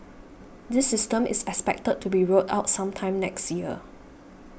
this system is expected to be rolled out sometime next year